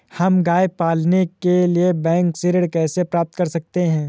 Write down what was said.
हम गाय पालने के लिए बैंक से ऋण कैसे प्राप्त कर सकते हैं?